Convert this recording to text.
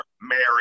Mary